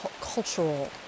cultural